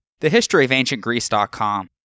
thehistoryofancientgreece.com